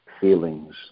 feelings